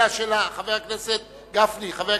חבר הכנסת גפני,